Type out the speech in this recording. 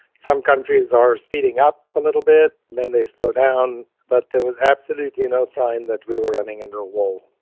some countries are speeding up a little bit, then they slow down. but there was absolutely no sign that we were running into a wall.